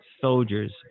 soldiers